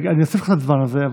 אני אוסיף לך על הדבר הזה,